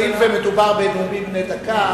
הואיל ומדובר בנאומים בני דקה,